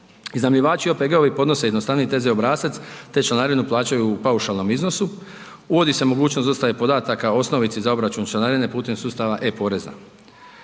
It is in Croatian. Iznajmljivači i OPG-ovi podnose jednostavniji TZ obrazac te članarinu plaćaju u paušalnom iznosu, uvodi se mogućnost dostave podataka osnovici za obračun članarine putem sustava e-porezna.